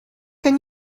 can